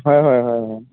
হয় হয় হয় হয়